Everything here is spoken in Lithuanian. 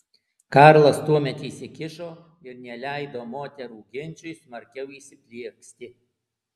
karlas tuomet įsikišo ir neleido moterų ginčui smarkiau įsiplieksti